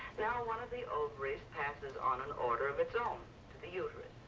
now one of the ovaries passes on an order of its own the uterus.